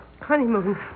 Honeymoon